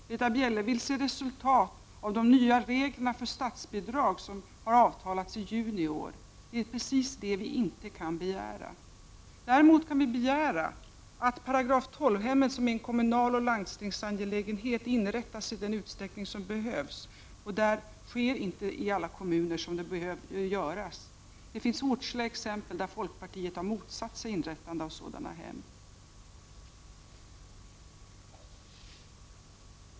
Britta Bjelle vill se resultat av de nya reglerna för statsbidrag som har avtalats i juni i år. Det är precis det vi inte kan begära. Däremot kan vi begära att § 12-hemmen, som är en kommunal och landstingskommunal angelägenhet, inrättas i den utsträckning som behövs. Det sker inte i alla kommuner där det behöver göras. Det finns åtskilliga exempel på att folkpartiet har motsatt sig inrättandet av sådana hem.